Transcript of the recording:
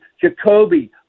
Jacoby